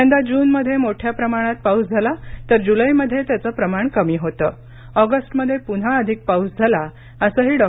यंदा जूनमध्ये मोठ्या प्रमाणात पाऊस झाला तर जुलैमध्ये त्याचं प्रमाण कमी होतं तर ऑगस्टमध्ये पुन्हा अधिक पाऊस झाला असंही डॉ